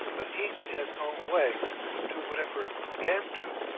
but each in its own way would do whatever it can do